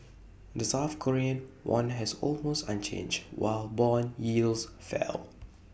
the south Korean won has almost unchanged while Bond yields fell